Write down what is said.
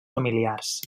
familiars